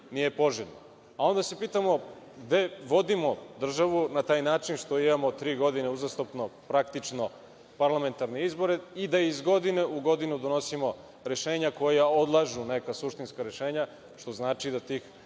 nije poželjno. Onda se pitamo – gde vodimo državu na taj način što imamo tri godine uzastopno praktično parlamentarne izbore i da iz godine u godinu donosimo rešenja koja odlažu neka suštinska rešenja, što znači da tih